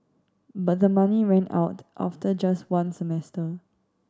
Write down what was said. but the money ran out after just one semester